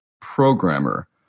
programmer